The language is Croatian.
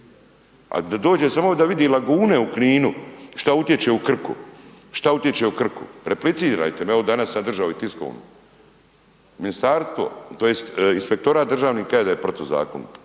a dođe samo da vidi lagune u Kninu šta utječe u Krku, šta utječe u Krku. Replicirajte me, evo danas sam držao i tiskovnu. Ministarstvo tj. inspektorat državni kaže da je protuzakonito